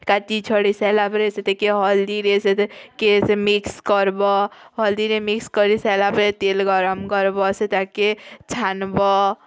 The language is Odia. କାତି ଛଡ଼େଇ ସାରିଲାପରେ ସେଟାକେ ହଲଦିରେ ସେତେକେ ମିକ୍ସ କର୍ବ ହଲଦିରେ ମିକ୍ସ କରିସାରିଲା ପରେ ତେଲ୍ ଗରମ୍ କର୍ବ ସେଟାକେ ଛାନ୍ବ